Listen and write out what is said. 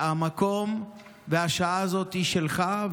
והמקום והשעה האלה הם שלך,